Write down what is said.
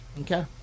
Okay